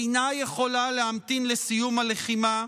אינה יכולה להמתין לסיום הלחימה,